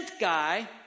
guy